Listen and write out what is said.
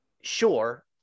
sure